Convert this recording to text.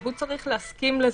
הוא צריך להסכים לזה.